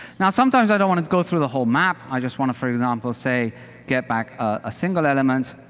now, sometimes i don't want to go through the whole map. i just want to, for example, say get back a single element.